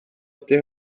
ydy